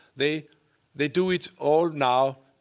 they they do it all now,